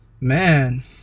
Man